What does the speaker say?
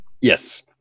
Yes